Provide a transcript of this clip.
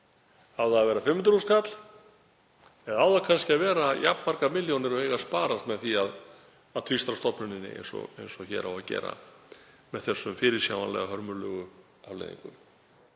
Á það að vera 500.000 kall eða á það kannski að vera jafn margar milljónir og eiga að sparast með því að tvístra stofnuninni eins og hér á að gera með þessum fyrirsjáanlega hörmulegu afleiðingum?